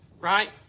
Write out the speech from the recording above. Right